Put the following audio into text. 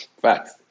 Facts